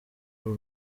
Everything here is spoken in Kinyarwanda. uru